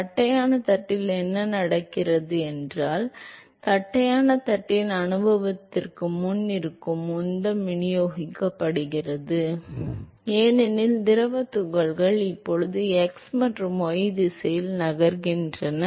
தட்டையான தட்டில் என்ன நடக்கிறது என்றால் தட்டையான தட்டின் அனுபவத்திற்கு முன் இருக்கும் உந்தம் விநியோகிக்கப்படுகிறது ஏனெனில் திரவத் துகள்கள் இப்போது x மற்றும் y திசையில் நகர்கின்றன